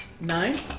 Nine